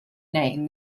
name